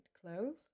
clothes